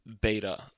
beta